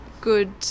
good